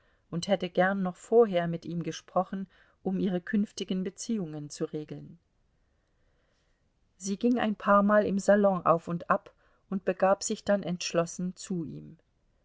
und hätte gern noch vorher mit ihm gesprochen um ihre künftigen beziehungen zu regeln sie ging ein paarmal im salon auf und ab und begab sich dann entschlossen zu ihm